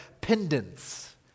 pendants